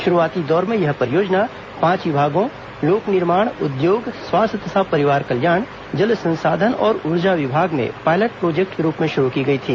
शुरूआती दौर में यह परियोजना पांच विभागों लोक निर्माण उद्योग स्वास्थ्य तथा परिवार कल्याण जल संसाधन और ऊर्जा विभाग में पायलट प्रोजेक्ट के रूप में लागू की गई थी